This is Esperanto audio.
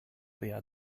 lia